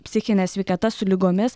psichine sveikata su ligomis